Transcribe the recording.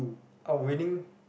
oh willing